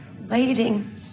waiting